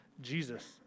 Jesus